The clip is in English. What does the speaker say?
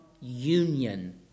union